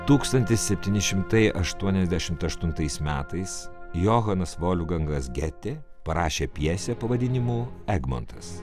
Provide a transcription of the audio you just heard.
tūkstantis septyni šimtai aštuoniasdešimt aštuntais metais johanas volfgangas getė parašė pjesę pavadinimu egmontas